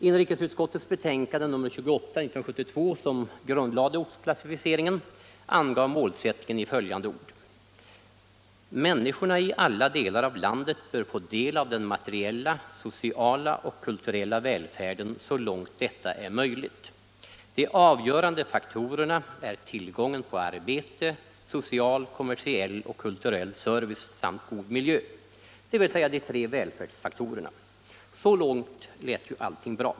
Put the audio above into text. Inrikesutskottets betänkande nr 28 år 1972, som grundlade ortsklassificeringen, gav målsättningen i följande ord: ”Människorna i alla delar av landet bör få del av den materiella, sociala och kulturella välfärden, så långt detta är möjligt. De avgörande faktorerna är tillgången på arbete, social, kommersiell och kulturell service, samt god miljö.” Dvs. de tre välfärdsfaktorerna. Så långt lät ju allting bra.